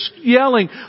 yelling